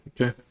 Okay